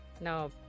no